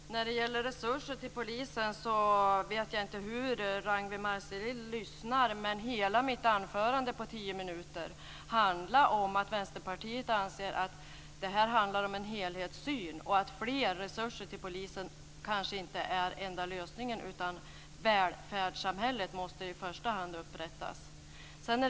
Fru talman! När det gäller resurser till polisen vet jag inte hur Ragnwi Marcelind lyssnar, men hela mitt anförande på tio minuter handlade om att Vänsterpartiet anser att det här handlar om en helhetssyn och att mer resurser till polisen kanske inte är den enda lösningen utan att välfärdssamhället i första hand måste upprättas.